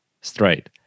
straight